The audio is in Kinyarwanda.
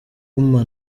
bava